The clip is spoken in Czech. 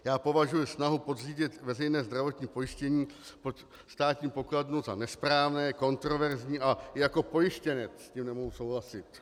Já považuji snahu podřídit veřejné zdravotní pojištění pod Státní pokladnu za nesprávné, kontroverzní a i jako pojištěnec s tím nemohu souhlasit.